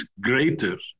greater